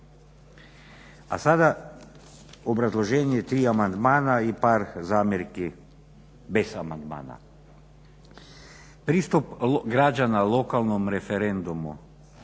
A sada obrazloženje tri amandmana i par zamjerki bez amandmana. Pristup građana lokalnom referendumu